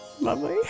Lovely